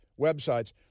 websites